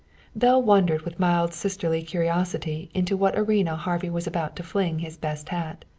belle wondered with mild sisterly curiosity into what arena harvey was about to fling his best hat.